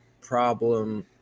problem